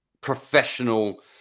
professional